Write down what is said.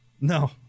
No